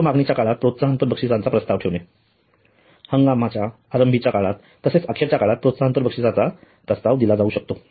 अल्प मागणीच्या काळात प्रोत्साहनपर बक्षिसांचा प्रस्ताव ठेवणे हंगामाच्या आरंभीच्या काळात तसेच अखेरच्या काळात प्रोत्साहनपर बक्षिसांचा प्रस्ताव दिला जाऊ शकते